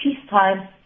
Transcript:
peacetime